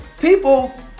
people